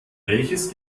welches